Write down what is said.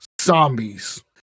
zombies